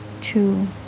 two